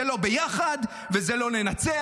זה לא "ביחד" וזה לא "ננצח".